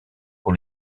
pour